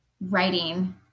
writing